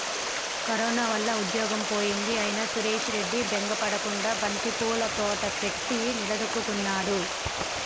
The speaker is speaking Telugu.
కరోనా వల్ల ఉద్యోగం పోయింది అయినా సురేష్ రెడ్డి బెంగ పడకుండా బంతిపూల తోట పెట్టి నిలదొక్కుకున్నాడు